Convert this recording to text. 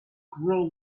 grow